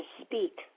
speak